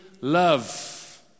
love